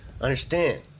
Understand